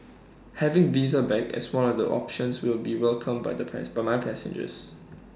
having visa back as one of the options will be welcomed by the pass by my passengers